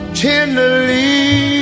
tenderly